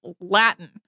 Latin